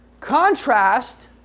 contrast